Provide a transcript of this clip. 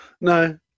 no